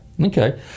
Okay